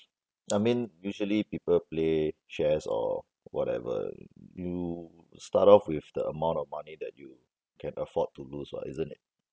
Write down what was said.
I mean usually people play shares or whatever you start off with the amount of money that you can afford to lose [what] isn't it